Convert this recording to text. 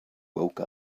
woke